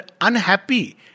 unhappy